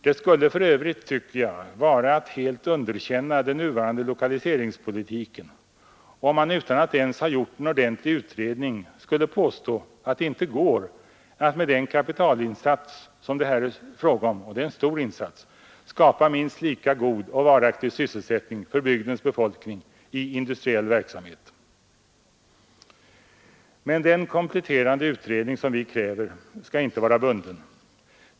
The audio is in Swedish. Det skulle för övrigt, tycker jag, vara att helt underkänna den nuvarande lokaliseringspolitiken om man utan att ens ha gjort en ordentlig utredning skulle påstå att det inte går att med den kapitalinsats som det här är fråga om — och det är en stor insats — skapa minst lika god och varaktig sysselsättning för bygdens befolkning i industriell verksamhet. Men den kompletterande utredning som vi kräver skall inte vara bunden.